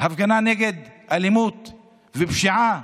הפגנה נגד אלימות ופשיעה,